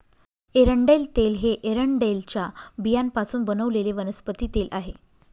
एरंडेल तेल हे एरंडेलच्या बियांपासून बनवलेले वनस्पती तेल आहे